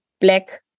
black